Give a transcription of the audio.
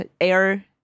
air